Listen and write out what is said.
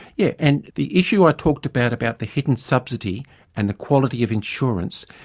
yeah and the issue i talked about, about the hidden subsidy and the quality of insurance,